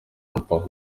mupaka